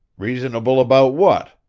reasonable about what?